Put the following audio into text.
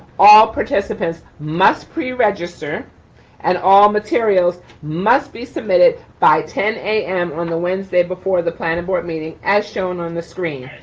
all participants must preregister and all materials must be submitted by ten zero a m. on the wednesday, before the planning board meeting, as shown on the screen.